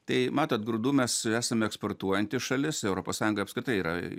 tai matot grūdų mes esam eksportuojanti šalis europos sąjungoj apskritai yra